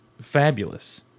fabulous